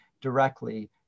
directly